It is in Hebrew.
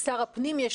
לשר הפנים יש